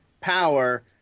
power